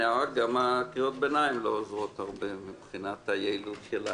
גם קריאות הביניים לא עוזרות הרבה מבחינת היעילות של הדיון.